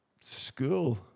school